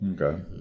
Okay